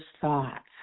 thoughts